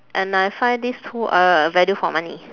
and I find these two are value for money